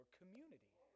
community